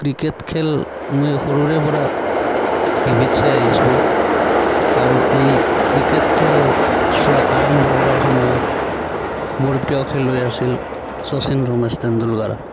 cricket খেল মই সৰুৰে পৰা টিভিত চাই আহিছোঁ আৰু এই ক্ৰিকেট খেল চোৱা আৰম্ভ কৰাৰ সময়ত মোৰ প্ৰিয় খেলুৱৈ আছিল শচীন ৰমেশ তেণ্ডুলকাৰ